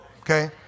okay